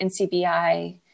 NCBI